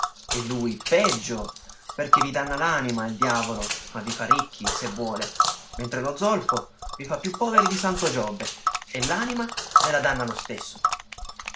e lui peggio perché vi danna l'anima il diavolo ma vi fa ricchi se vuole mentre lo zolfo vi fa più poveri di santo giobbe e l'anima ve la danna lo stesso